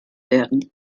werden